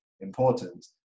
important